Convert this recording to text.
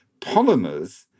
polymers